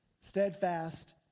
steadfast